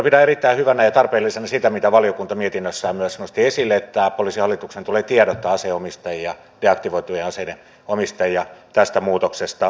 pidän erittäin hyvänä ja tarpeellisena sitä mitä valiokunta mietinnössään myös nosti esille että poliisihallituksen tulee tiedottaa deaktivoitujen aseiden omistajille tästä muutoksesta